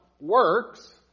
works